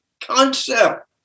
concept